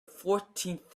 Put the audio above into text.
fourteenth